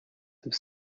have